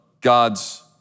God's